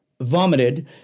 vomited